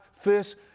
first